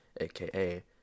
aka